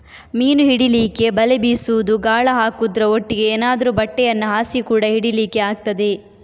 ಮೀನು ಹಿಡೀಲಿಕ್ಕೆ ಬಲೆ ಬೀಸುದು, ಗಾಳ ಹಾಕುದ್ರ ಒಟ್ಟಿಗೆ ಏನಾದ್ರೂ ಬಟ್ಟೆಯನ್ನ ಹಾಸಿ ಕೂಡಾ ಹಿಡೀಲಿಕ್ಕೆ ಆಗ್ತದೆ